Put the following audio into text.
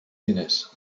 diners